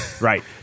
Right